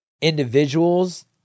individuals